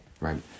right